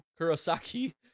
Kurosaki